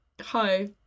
Hi